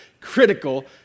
critical